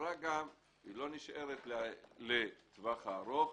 החברה לא נשארת לטווח ארוך.